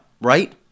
right